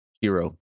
hero